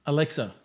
Alexa